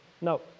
No